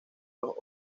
los